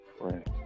right